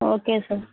okay sir